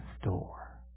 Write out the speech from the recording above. store